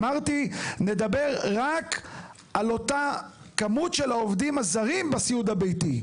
אמרתי נדבר רק על אותה כמות של העובדים הזרים בסיעוד הביתי.